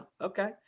Okay